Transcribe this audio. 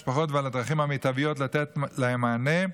המשפחות ועל הדרכים המיטביות לתת להן מענה,